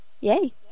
yay